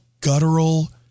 guttural